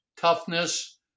toughness